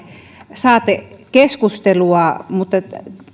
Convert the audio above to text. saatekeskustelua mutta